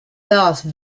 sauce